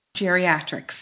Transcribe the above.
geriatrics